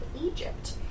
Egypt